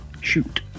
Shoot